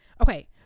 Okay